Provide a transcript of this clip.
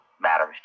matters